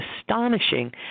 astonishing